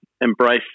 embrace